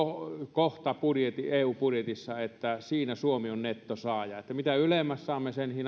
kohta eun budjetissa että siinä suomi on nettosaaja eli mitä ylemmäs saamme sen